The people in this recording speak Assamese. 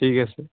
ঠিক আছে